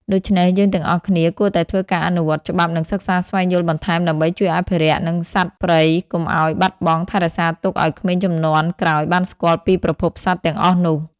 ដូច្នេះយើងទាំងអស់គ្នាគួរតែធ្វើការអនុវត្តន៍ច្បាប់និងសិក្សាស្វែងយល់បន្ថែមដើម្បីជួយអភិរក្សនៅសត្វព្រៃកុំឲ្របាត់បង់ថែរក្សាទុកឲ្យក្មេងជំនាន់ក្រោយបានស្គាល់ពីប្រភពសត្វទាំងអស់នោះ។